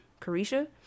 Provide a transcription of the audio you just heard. Carisha